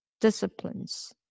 disciplines